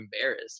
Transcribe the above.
embarrassed